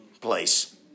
place